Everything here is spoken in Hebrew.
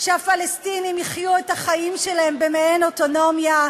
שהפלסטינים יחיו את החיים שלהם במעין אוטונומיה,